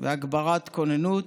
והגברת כוננות.